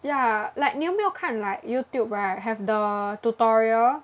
ya like 你有没有看 like YouTube right have the tutorial